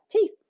teeth